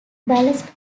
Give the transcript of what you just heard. ballast